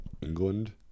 England